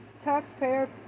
taxpayer